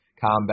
combat